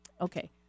Okay